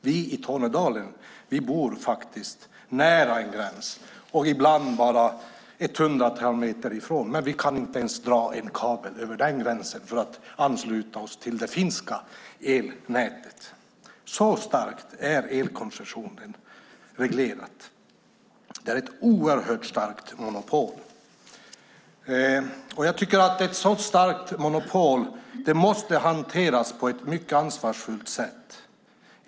Vi i Tornedalen bor faktiskt nära en gräns, ibland bara ett hundratal meter ifrån, men vi kan inte ens dra en kabel över den gränsen för att ansluta oss till det finska elnätet. Så starkt är elkoncessionen reglerad. Det är ett oerhört starkt monopol. Jag tycker att ett så starkt monopol måste hanteras på ett mycket ansvarsfullt sätt.